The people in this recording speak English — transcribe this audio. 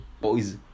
boys